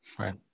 right